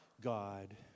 God